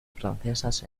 francesas